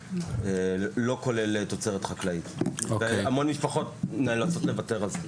לא כולל תוצרת חקלאית והמון משפחות נאלצות לוותר על זה.